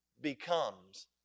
becomes